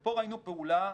פה ראינו פעולה,